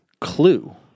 Clue